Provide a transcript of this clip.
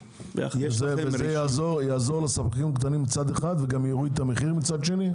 זה יעזור לספקים קטנים מצד אחד וגם יראו את המחיר מצד שני?